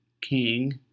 king